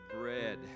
bread